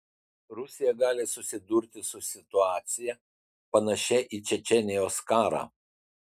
rusija gali susidurti su situacija panašia į čečėnijos karą